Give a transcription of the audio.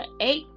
eight